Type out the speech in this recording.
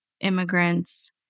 immigrants